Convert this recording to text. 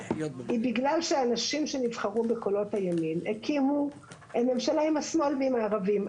היא בגלל שאנשים שנבחרו בקולות הימין הקימו ממשלה עם השמאל ועם הערבים,